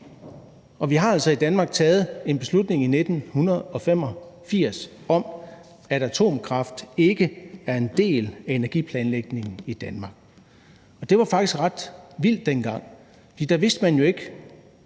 vi har altså i Danmark taget en beslutning i 1985 om, at atomkraft ikke er en del af energiplanlægningen i Danmark. Det var faktisk ret vildt dengang, for der vidste man jo ikke,